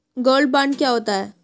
Gold bond क्या होता है?